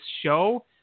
show